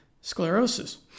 sclerosis